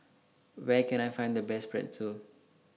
Where Can I Find The Best Pretzel